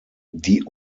die